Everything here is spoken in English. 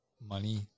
money